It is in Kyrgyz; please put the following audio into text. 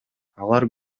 алар